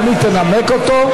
גם היא תנמק אותו.